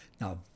Now